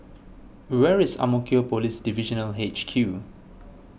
where is Ang Mo Kio Police Divisional H Q